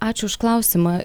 ačiū už klausimą